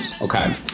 okay